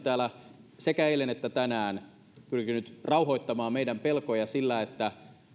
täällä sekä eilen että tänään pyrkinyt rauhoittamaan meidän pelkojamme sillä että